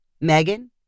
Megan